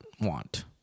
want